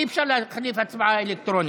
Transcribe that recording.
אי-אפשר לחליף בהצבעה אלקטרונית.